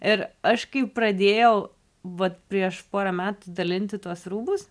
ir aš kai pradėjau vat prieš porą metų dalinti tuos rūbus